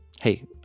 hey